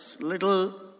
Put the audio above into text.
little